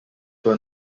will